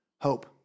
hope